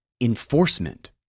enforcement